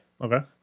Okay